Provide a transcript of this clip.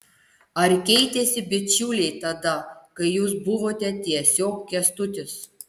ar keitėsi bičiuliai tada kai jūs buvote tiesiog kęstutis